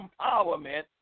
empowerment